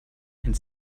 and